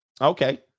Okay